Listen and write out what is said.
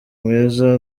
mwiza